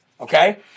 Okay